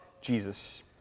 Jesus